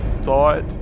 thought